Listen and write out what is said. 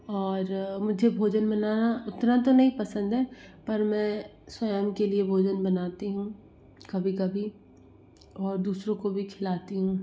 और मुझे भोजन बनाना उतना तो नहीं पसंद है पर मैं स्वयं के लिए भोजन बनाती हूँ कभी कभी और दूसरों को भी खिलाती हूँ